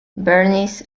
bernice